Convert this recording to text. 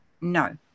no